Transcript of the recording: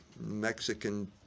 mexican